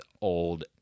old